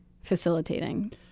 facilitating